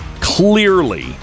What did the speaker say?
clearly